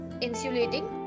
insulating